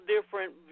different